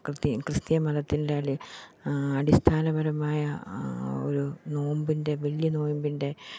ക്രിതി ക്രിസ്തീയ മതത്തിൻ്റയില് അടിസ്ഥാനപരമായ ഒരു നോമ്പിൻ്റെ വലിയ നോയമ്പിൻ്റെ